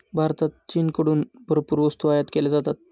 भारतात चीनकडून भरपूर वस्तू आयात केल्या जातात